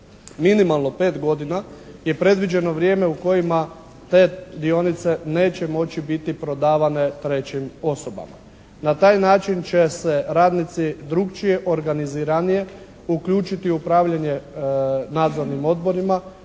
Minimalno 5 godina je predviđeno vrijeme u kojima te dionice neće moći biti prodavane trećim osobama. Na taj način će se radnici drukčije, organiziranije uključiti u upravljanje nadzornim odborima